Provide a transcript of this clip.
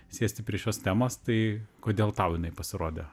sėsti prie šios temos tai kodėl tau jinai pasirodė